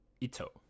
Ito